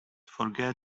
forget